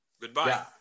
Goodbye